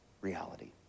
reality